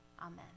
Amen